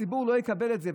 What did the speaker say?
הציבור לא יקבל את זה.